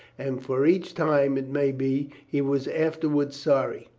and for each time, it may be, he was afterwards sorry.